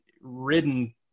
ridden